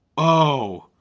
oh.